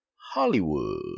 Hollywood